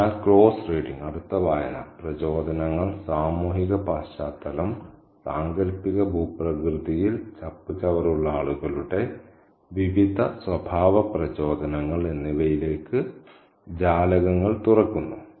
അതിനാൽ അടുത്ത വായന പ്രചോദനങ്ങൾ സാമൂഹിക പശ്ചാത്തലം പശ്ചാത്തലം സാങ്കൽപ്പിക ഭൂപ്രകൃതിയിൽ ചപ്പുചവറുള്ള ആളുകളുടെ വിവിധ സ്വഭാവ പ്രചോദനങ്ങൾ എന്നിവയിലേക്ക് ജാലകങ്ങൾ തുറക്കുന്നു